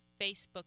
facebook